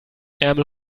ärmel